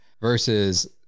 Versus